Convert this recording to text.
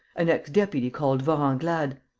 an ex-deputy called vorenglade,